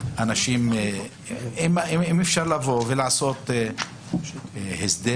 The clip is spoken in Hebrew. האם אפשר לבוא ולעשות הסדר,